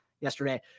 yesterday